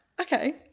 okay